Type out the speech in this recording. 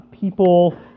people